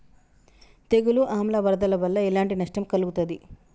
తెగులు ఆమ్ల వరదల వల్ల ఎలాంటి నష్టం కలుగుతది?